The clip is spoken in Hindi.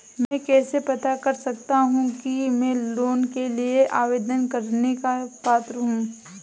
मैं कैसे पता कर सकता हूँ कि मैं लोन के लिए आवेदन करने का पात्र हूँ?